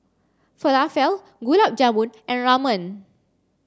Falafel Gulab Jamun and Ramen